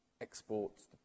exports